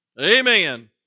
Amen